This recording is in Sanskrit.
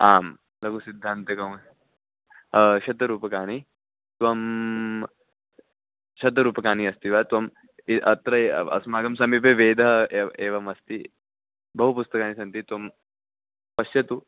आं लघुसिद्धान्तकौमुदी शतरूप्यकाणि त्वं शतरूप्यकाणि अस्ति वा त्वम् अत्र यः अस्माकं समीपे वेदः ए एवम् अस्ति बहूनि पुस्तकानि सन्ति त्वं पश्यतु